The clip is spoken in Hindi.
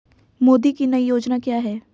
मोदी की नई योजना क्या है?